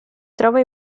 trova